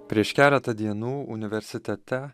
prieš keletą dienų universitete